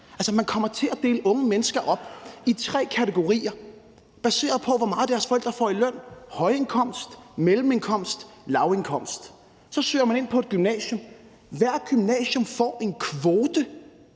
man kommer til at dele unge mennesker op i tre kategorier baseret på, hvor meget deres forældre får i løn: højindkomst, mellemindkomst og lavindkomst. Så søger man ind på et gymnasium – hvert gymnasium får en kvote